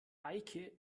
eike